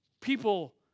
People